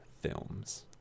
films